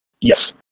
Yes